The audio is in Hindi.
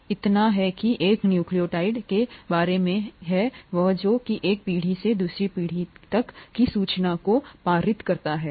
इतना है कि एक न्यूक्लियोटाइड के बारे में क्या है और वह है जो एक पीढ़ी से दूसरी पीढ़ी तक की सूचनाओं को पारित करता है